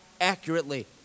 accurately